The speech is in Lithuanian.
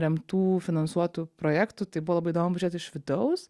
remtų finansuotų projektų tai buvo labai įdomu pažiūrėt iš vidaus